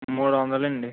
మూడొందలండి